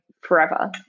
forever